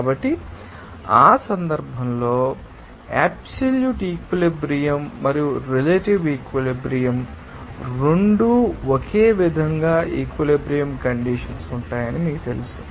కాబట్టి ఆ సందర్భంలో అబ్సల్యూట్ ఈక్విలిబ్రియం త మరియు రిలేటివ్ ఈక్విలిబ్రియం త రెండూ ఒకే విధంగా ఈక్విలిబ్రియం కండిషన్స్ ఉంటాయని మీకు తెలుసు